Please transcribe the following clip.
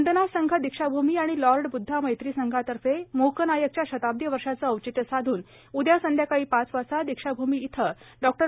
वंदना संघ दीक्षाभूमी आणि लॉर्ड बुद्धा मैत्री संघातर्फे मूकनायकच्या शताब्दी वर्षाचं औचित्य साधून उद्या संध्याकाळी दीक्षाभूमी इथं डों